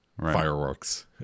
fireworks